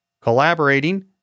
collaborating